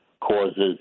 causes